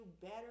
better